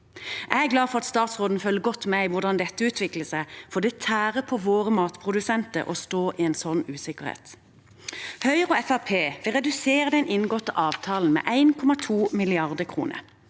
Jeg er glad for at statsråden følger godt med på hvordan dette utvikler seg, for det tærer på våre matprodusenter å stå i en sånn usikkerhet. Høyre og Fremskrittspartiet vil redusere den inngåtte avtalen med 1,2 mrd. kr.